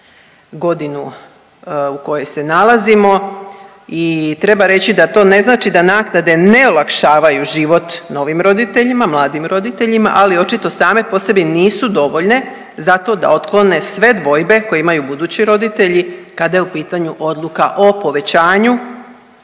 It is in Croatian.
godinu u kojoj se nalazimo i treba reći da to ne znači da naknade ne olakšavaju život novim roditeljima, mladim roditeljima, ali očito same po sebi nisu dovoljno zato da otklone sve dvojbe koje imaju budući roditelji kada je u pitanju odluka o povećanju